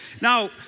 Now